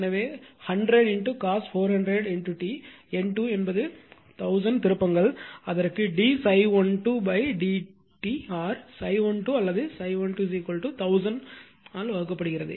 எனவே 100 cos 400 t N2 என்பது 1000 திருப்பங்கள் அதற்கு d ∅1 2 d t or ∅1 2 அல்லது ∅1 2 1000 வகுக்கப்படுகிறது